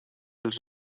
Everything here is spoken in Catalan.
els